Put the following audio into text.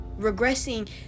Regressing